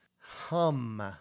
hum